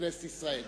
בכנסת ישראל.